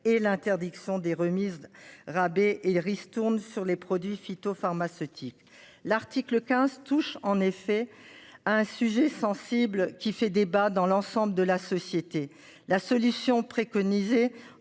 l'interdiction des remises rabais et ristournes sur les produits phytopharmaceutiques l'article 15 touche en effet à un sujet sensible qui fait débat dans l'ensemble de la société. La solution préconisée en